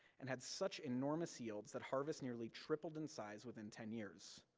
and had such enormous yields that harvests nearly tripled in size within ten years.